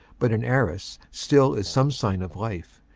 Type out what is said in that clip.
but in arras still is some sign of life,